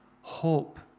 hope